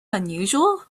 unusual